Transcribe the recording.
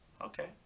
okay